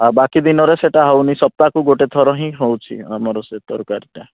ଆଉ ବାକି ଦିନରେ ସେଟା ହେଉନି ସପ୍ତାହକୁ ଗୋଟେ ଥର ହିଁ ହେଉଛି ଆମର ସେ ତରକାରୀଟା